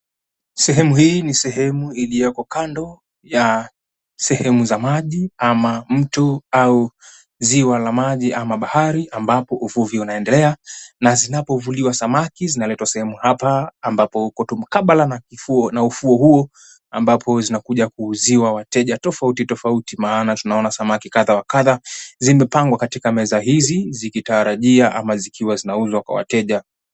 Sehemu hii ni sehemu iliyoko kando ya sehemu za maji ama mtu au ziwa la maji ambapo uvuvi unaendelea na zinapovuliwa samaki zinaletwa hapa ambapo uko tu mkabala na ufuo huo ambapo zinakuja kuuziwa wateja tofautitofauti maana tunaona samaki kadha wa kadha zimepangwa katika meza hizi zikitarajia ama zikiwa zinauzwa kwa wateja.